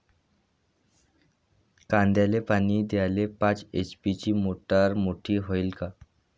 कांद्याले पानी द्याले पाच एच.पी ची मोटार मोटी व्हईन का?